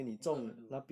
我真的没有 do